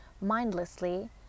mindlessly